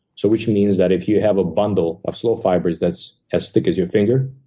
so which means that if you have a bundle of slow fibers that's as thick as your finger,